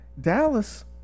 Dallas